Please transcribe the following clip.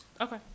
okay